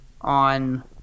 on